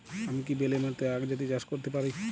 আমি কি বেলে মাটিতে আক জাতীয় চাষ করতে পারি?